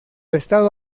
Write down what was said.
estado